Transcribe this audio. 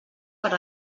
per